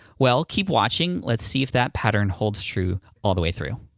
well, keep watching. let's see if that pattern holds true all the way through.